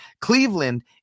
Cleveland